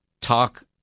talk